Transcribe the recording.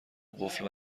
قفل